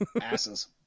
Asses